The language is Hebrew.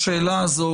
השאלה הזאת,